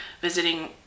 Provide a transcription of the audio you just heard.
visiting